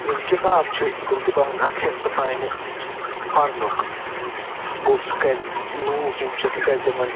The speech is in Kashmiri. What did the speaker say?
یِم کِتاب چھِ تِم تہِ بنُن اکھ حصہٕ سانہِ پرنُک گوو سُہ کرِ لوٗکھ یِم چھِ سُہ کرِ تِمن